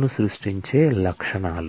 ను సృష్టించే లక్షణాలు